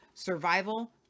survival